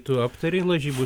tu aptarei lažybų